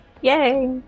yay